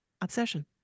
obsession